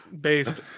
based